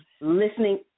listening